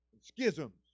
schisms